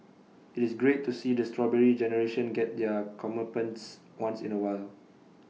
IT is great to see the Strawberry Generation get their comeuppance once in A while